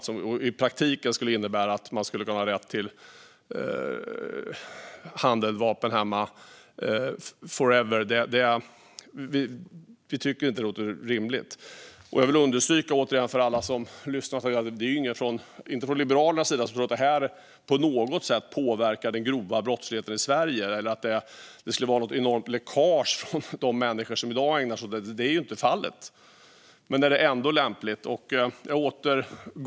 Det skulle i praktiken innebära rätt att inneha handeldvapen i hemmet for ever. Vi tycker inte att det låter rimligt. Jag vill understryka för alla som lyssnar att Liberalerna inte tror att det här på något sätt påverkar den grova brottsligheten i Sverige eller att det skulle vara ett enormt läckage från dem som i dag ägnar sig åt skytte. Så är inte fallet. Men är det ändå lämpligt att ta bort regeln?